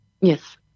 Yes